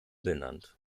benannt